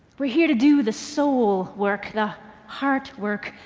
we're here to do the soul work, the heart work,